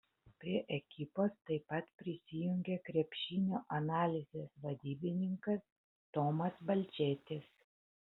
prie ekipos taip pat prisijungė krepšinio analizės vadybininkas tomas balčėtis